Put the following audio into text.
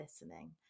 listening